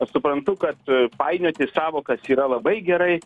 aš suprantu kad painioti sąvokas yra labai gerai